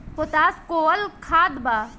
Potash कोउन खाद बा?